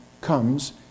comes